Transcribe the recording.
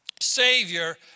Savior